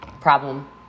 Problem